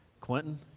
Quentin